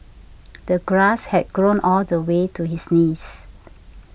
the grass had grown all the way to his knees